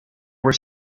were